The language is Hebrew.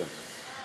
בבקשה.